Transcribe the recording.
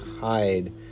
hide